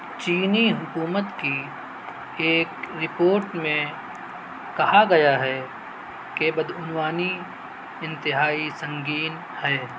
چینی حکومت کی ایک رپورٹ میں کہا گیا ہے کہ بدعنوانی انتہائی سنگین ہے